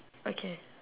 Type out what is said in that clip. okay